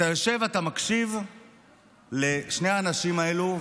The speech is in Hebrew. אתה יושב ומקשיב לשני האנשים האלו,